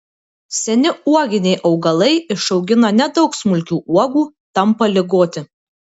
seni uoginiai augalai išaugina nedaug smulkių uogų tampa ligoti